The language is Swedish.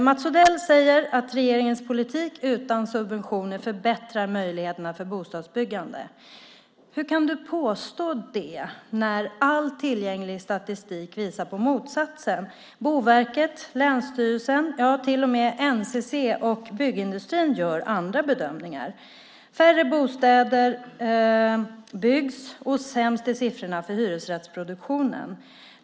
Mats Odell säger att regeringens politik utan subventioner förbättrar möjligheterna för bostadsbyggande. Hur kan du påstå det när all tillgänglig statistik visar på motsatsen? Boverket, länsstyrelsen och till och med NCC och byggindustrin gör andra bedömningar. Färre bostäder byggs, och sämst är siffrorna för hyresrättsproduktionen.